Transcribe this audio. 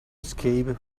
escape